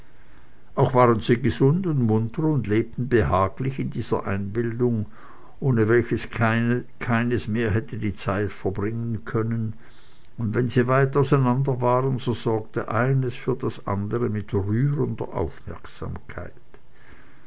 auch waren sie gesund und munter und lebten behaglich in dieser einbildung ohne welche keines mehr hätte die zeit verbringen können und wenn sie weit auseinander waren so sorgte eines für das andere mit rührender aufmerksamkeit